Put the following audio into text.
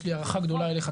יש לי הערכה גדולה אליך,